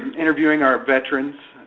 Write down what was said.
interviewing our veterans